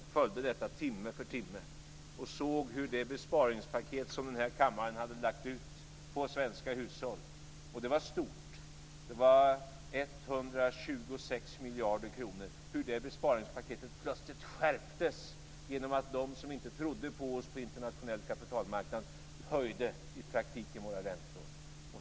Jag följde detta timme för timme och såg hur det besparingspaket som den här kammaren hade lagt ut på svenska hushåll - och det var på 126 miljarder kronor - plötsligt skärptes genom att de som inte trodde på oss på den internationella kapitalmarknaden i praktiken höjde våra räntor.